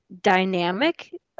dynamic